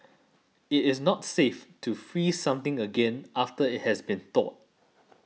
it is not safe to freeze something again after it has been thawed